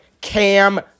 Cam